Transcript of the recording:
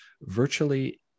virtually